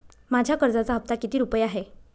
माझ्या कर्जाचा हफ्ता किती रुपये आहे?